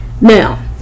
Now